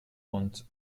und